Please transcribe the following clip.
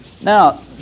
Now